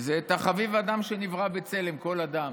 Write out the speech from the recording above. זה "חביב אדם שנברא בצלם" כל אדם.